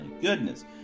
goodness